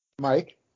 Mike